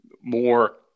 more